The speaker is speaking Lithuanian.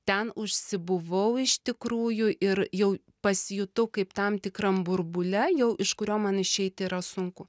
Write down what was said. ten užsibuvau iš tikrųjų ir jau pasijutau kaip tam tikram burbule jau iš kurio man išeiti yra sunku